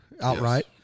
outright